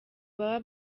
baba